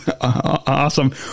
awesome